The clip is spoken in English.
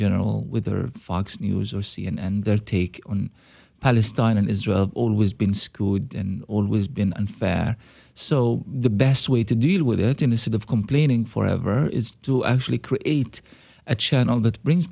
general with or fox news or c n n and their take on palestine and israel always been screwed and always been unfair so the best way to deal with it in a sort of complaining for ever is to actually create a channel that brings